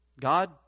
God